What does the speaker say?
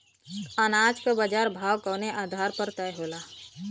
अनाज क बाजार भाव कवने आधार पर तय होला?